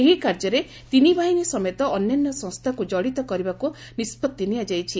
ଏହି କାର୍ଯ୍ୟରେ ତିନି ବାହିନୀ ସମେତ ଅନ୍ୟାନ୍ୟ ସଂସ୍ଥାକୁ ଜଡ଼ିତ କରିବାକୁ ନିଷ୍ପଭି ନିଆଯାଇଛି